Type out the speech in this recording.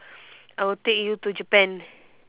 I will take you to japan